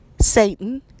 Satan